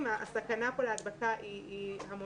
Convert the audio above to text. כפי שאתם מבינים, הסכנה פה להדבקה היא המונית.